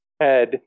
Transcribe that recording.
head